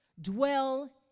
dwell